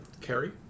Carrie